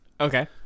okay